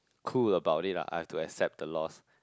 cool about it ah I have to accept the loss